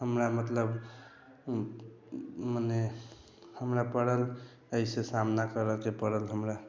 हमरा मतलब मने हमरा पड़ल एहि से सामना करऽ के पड़ल हमरा